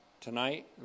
tonight